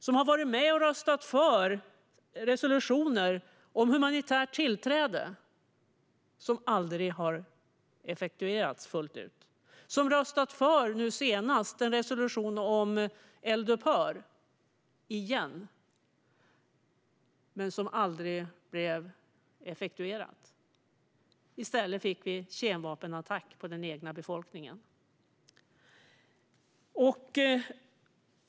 Man har varit med och röstat för resolutioner om humanitärt tillträde som aldrig har effektuerats fullt ut. Nu senast röstade man återigen för en resolution om eldupphör, som aldrig effektuerades. I stället blev det en kemvapenattack på den egna befolkningen.